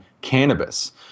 cannabis